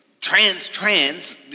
trans-trans